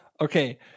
Okay